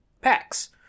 packs